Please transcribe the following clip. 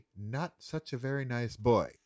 not-such-a-very-nice-boy